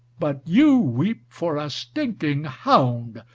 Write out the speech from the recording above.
but you weep for a stinking hound.